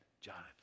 Jonathan